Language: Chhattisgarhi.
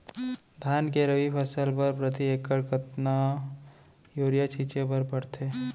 धान के रबि फसल बर प्रति एकड़ कतका यूरिया छिंचे बर पड़थे?